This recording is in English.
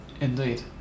indeed